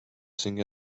sing